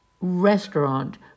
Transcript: restaurant